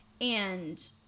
and-